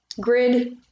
grid